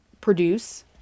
produce